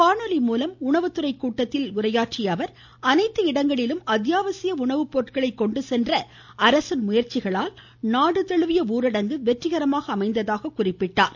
காணொலி மூலம் உணவுத்துறை கூட்டத்தில் உரையாற்றிய அமைச்சர் அனைத்து இடங்களிலும் அத்தியாவசிய உணவு பொருட்களை கொண்டு சென்ற அரசின் முயற்சிகளால் நாடு தழுவிய ஊரடங்கு வெற்றிகரமாக அமைநததாக குறிப்பிட்டார்